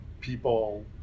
people